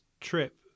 trip